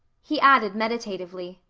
he added meditatively,